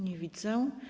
Nie widzę.